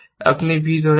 আপনি b ধরে আছেন